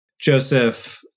Joseph